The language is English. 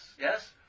yes